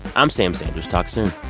i'm sam sanders. talk soon